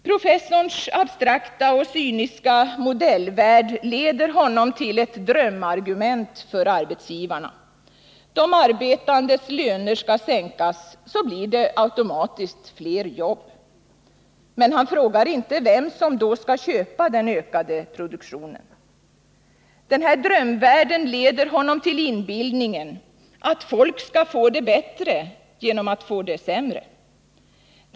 Professorns abstrakta och cyniska modellvärld leder honom till ett drömargument för arbetsgivarna: de arbetandes löner skall sänkas så att det automatiskt blir fler jobb. Men han frågar inte vem som då skall köpa den ökade produktionen. Denna drömvärld leder honom till inbillningen att folk skall få det bättre genom att få det sämre.